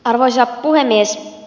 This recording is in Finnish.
arvoisa puhemies